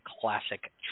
classic